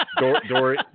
Dory